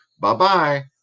Bye-bye